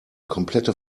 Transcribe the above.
komplette